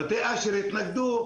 מטה אשר התנגדו,